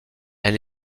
elle